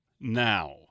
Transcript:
now